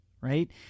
right